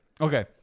Okay